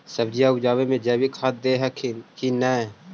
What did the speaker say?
सब्जिया उपजाबे मे जैवीक खाद दे हखिन की नैय?